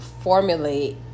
formulate